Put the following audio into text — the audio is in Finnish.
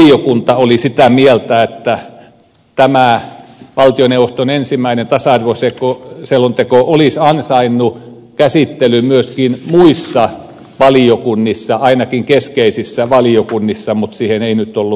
myös valiokunta oli sitä mieltä että tämä valtioneuvoston ensimmäinen tasa arvoselonteko olisi ansainnut käsittelyn myöskin muissa valiokunnissa ainakin keskeisissä valiokunnissa mutta siihen ei nyt ollut aikaa